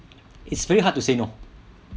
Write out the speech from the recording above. it's very hard to say no